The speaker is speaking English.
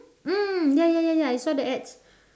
mm ya ya ya I saw the ads